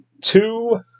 Two